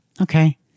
Okay